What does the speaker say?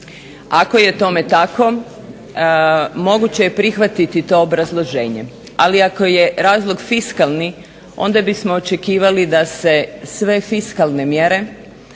Ako je tome tako moguće je prihvatiti to obrazloženje. Ali ako je razlog fiskalni, onda bismo očekivali da se sve fiskalne mjere